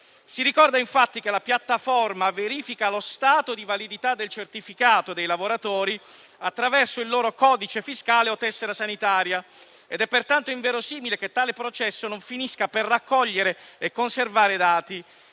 Si ricorda infatti che la piattaforma verifica lo stato di validità del certificato dei lavoratori attraverso il loro codice fiscale o la tessera sanitaria ed è pertanto inverosimile che tale processo non finisca per raccogliere e conservare dati.